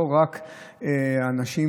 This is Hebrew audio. לא רק האנשים